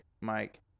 Mike